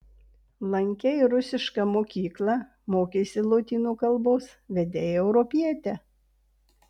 lankei rusišką mokyklą mokeisi lotynų kalbos vedei europietę